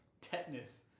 tetanus